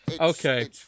Okay